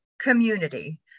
community